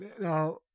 Now